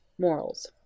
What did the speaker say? Morals